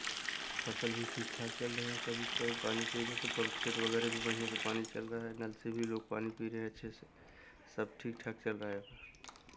फ़सल भी ठीक ठाक चल रहे हैं सब इस टाइम पानी की वजह से पंप सेट वगैरह भी बढ़िया से पानी चल रहा नल से भी लोग पानी पी रहें अच्छे से सब ठीक ठाक चल रहा है